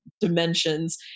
dimensions